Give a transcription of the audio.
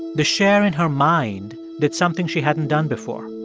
the cher in her mind did something she hadn't done before